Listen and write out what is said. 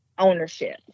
ownership